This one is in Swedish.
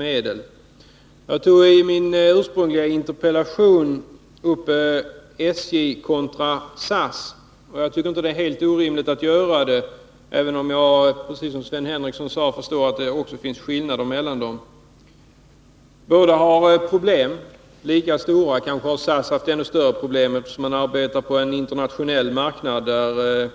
Jag jämförde i min interpellation SJ kontra SAS. Jag tycker inte det är helt orimligt att göra det, även om jag förstår att det också finns skillnader mellan dem, precis som Sven Henricsson sade. Båda har problem; kanske har SAS haft ännu större problem, eftersom man arbetar på en internationell marknad, där